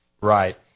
Right